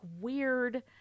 weird